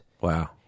Wow